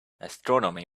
astronomy